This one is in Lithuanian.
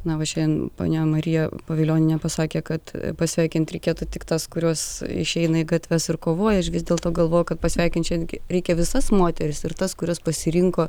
na va šiandien ponia marija pavilionienė pasakė kad pasveikinti reikėtų tik tas kurios išeina į gatves ir kovoja aš vis dėlto galvoju kad pasveikint šiandien reikia visas moteris ir tas kurios pasirinko